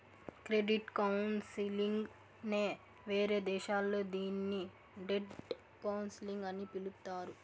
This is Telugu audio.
క్రెడిట్ కౌన్సిలింగ్ నే వేరే దేశాల్లో దీన్ని డెట్ కౌన్సిలింగ్ అని పిలుత్తారు